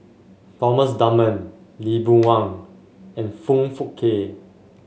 Thomas Dunman Lee Boon Wang and Foong Fook Kay